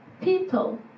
people